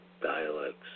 dialects